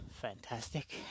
fantastic